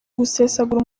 gusesagura